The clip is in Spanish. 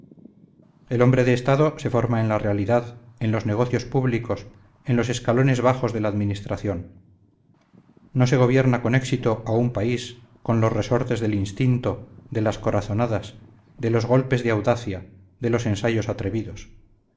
el hombre de estado se forma en la realidad en los negocios públicos en los escalones bajos de la administración no se gobierna con éxito a un país con los resortes del instinto de las corazonadas de los golpes de audacia de los ensayos atrevidos